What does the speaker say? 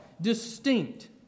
distinct